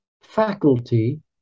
faculty